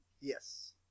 Yes